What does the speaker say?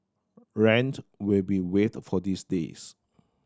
rent will be waived for these days